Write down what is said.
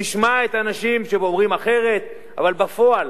נשמע את האנשים שאומרים אחרת, אבל בפועל